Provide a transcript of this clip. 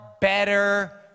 better